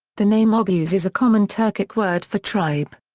the name oguz is a common turkic word for tribe.